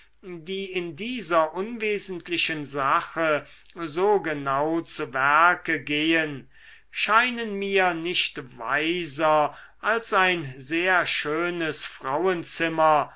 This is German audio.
die in dieser unwesentlichen sache so genau zu werke gehen scheinen mir nicht weiser als ein sehr schönes frauenzimmer